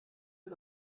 wir